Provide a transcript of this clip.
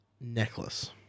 necklace